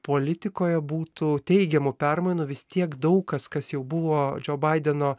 politikoje būtų teigiamų permainų vis tiek daug kas kas jau buvo džo baideno